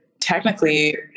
technically